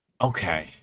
okay